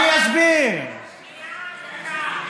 רגע, אענה לך.